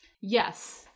Yes